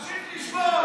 שלא יעצור, שימשיך לשבות.